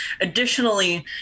Additionally